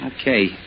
Okay